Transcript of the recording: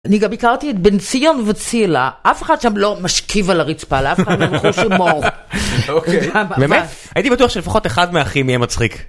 אני גם ביקרתי את בן ציון וצילה, אף אחד שם לא משכיב על הרצפה, לאף אחד לא אין חוש הומור. באמת? הייתי בטוח שלפחות אחד מהאחים יהיה מצחיק.